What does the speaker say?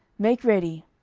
make ready.